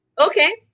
Okay